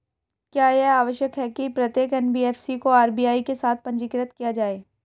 क्या यह आवश्यक है कि प्रत्येक एन.बी.एफ.सी को आर.बी.आई के साथ पंजीकृत किया जाए?